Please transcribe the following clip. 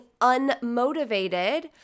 unmotivated